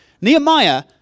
Nehemiah